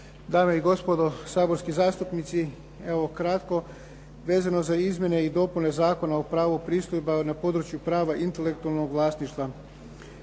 Dame i gospodo saborski zastupnici. Evo kratko vezano za Izmjene i dopune Zakona o upravnim pristojbama na području prava intelektualnog vlasništva.